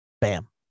Bam